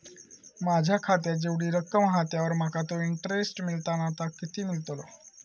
माझ्या खात्यात जेवढी रक्कम हा त्यावर माका तो इंटरेस्ट मिळता ना तो किती मिळतलो?